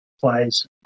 plays